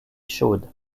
chaudes